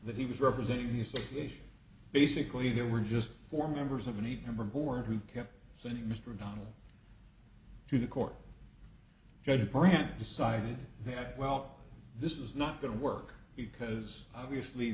that he was representing the association basically they were just four members of any number who are who kept saying mr o'donnell to the court judge brandt decided that well this is not going to work because obviously